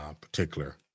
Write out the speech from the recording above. particular